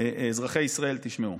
אזרחי ישראל, תשמעו.